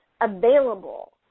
available